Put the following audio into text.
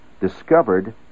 discovered